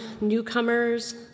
newcomers